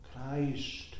Christ